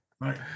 right